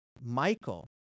Michael